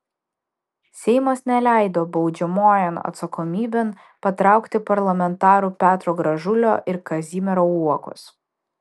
seimas neleido baudžiamojon atsakomybėn patraukti parlamentarų petro gražulio ir kazimiero uokos